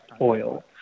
oil